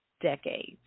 decades